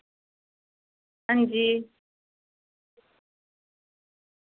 अंजी